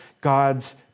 God's